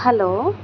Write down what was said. hello